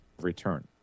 return